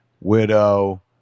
widow